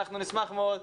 אנחנו נשמח מאוד,